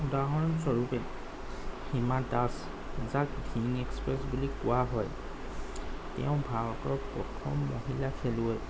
উদাহৰণস্বৰূপে সীমা দাস যাক ধিং এক্সপ্ৰেছ বুলি কোৱা হয় তেওঁ ভাৰতৰ প্ৰথম মহিলা খেলুৱৈ